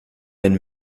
ein